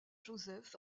joseph